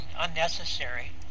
unnecessary